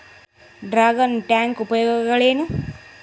Dragon tank ಉಪಯೋಗಗಳೇನು?